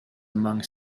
among